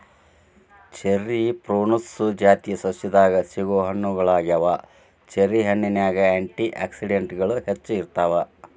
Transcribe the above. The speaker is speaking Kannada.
ಚೆರಿ ಪ್ರೂನುಸ್ ಜಾತಿಯ ಸಸ್ಯದಾಗ ಸಿಗೋ ಹಣ್ಣುಗಳಗ್ಯಾವ, ಚೆರಿ ಹಣ್ಣಿನ್ಯಾಗ ಆ್ಯಂಟಿ ಆಕ್ಸಿಡೆಂಟ್ಗಳು ಹೆಚ್ಚ ಇರ್ತಾವ